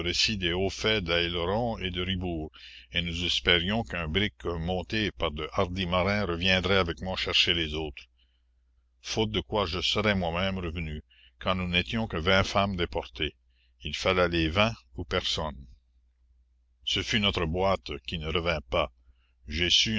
et de ribourt et nous espérions la commune qu'un brick monté par de hardis marins reviendrait avec moi chercher les autres faute de quoi je serais moi-même revenue car nous n'étions que vingt femmes déportées il fallait les vingt ou personne ce fut notre boîte qui ne revint pas